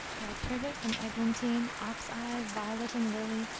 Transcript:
while privet and eglantine, oxe-eye, violet and lily,